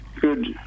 good